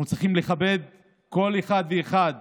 אנחנו צריכים לכבד כל אחד ואחד